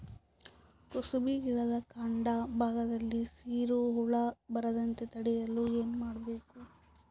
ಕುಸುಬಿ ಗಿಡದ ಕಾಂಡ ಭಾಗದಲ್ಲಿ ಸೀರು ಹುಳು ಬರದಂತೆ ತಡೆಯಲು ಏನ್ ಮಾಡಬೇಕು?